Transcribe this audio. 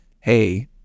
hey